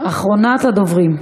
אחרונת הדוברים.